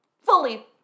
fully